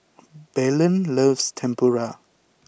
Belen loves Tempura